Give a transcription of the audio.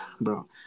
bro